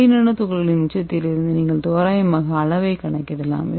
வெள்ளி நானோ துகள்களின் உச்சத்திலிருந்து நீங்கள் தோராயமாக அளவைக் கணக்கிடலாம்